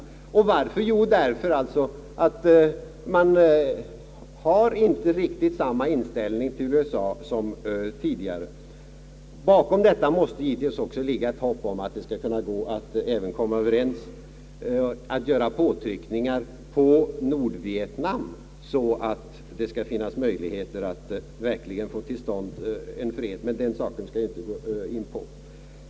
Och varför? Jo, därför att man har inte riktigt samma inställning till USA som tidigare. Bakom detta måste givetvis också ligga ett hopp om att det måste gå att komma överens om att göra påtryckningar på Nordvietnam, så att det skall finnas möjligheter att verkligen få till stånd en fred.